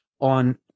on